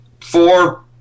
Four